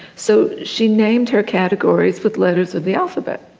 so she named her categories with letters of the alphabet.